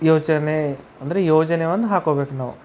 ಯೋಚನೆ ಅಂದರೆ ಯೋಜನೆ ಒಂದು ಹಾಕ್ಕೋಬೇಕು ನಾವು